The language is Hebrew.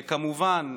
כמובן,